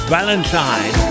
Valentine